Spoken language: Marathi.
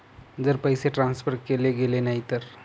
जर पैसे ट्रान्सफर केले गेले नाही तर?